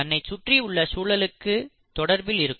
தன்னை சுற்றி உள்ள சூழலுடன் தொடர்பில் இருக்கும்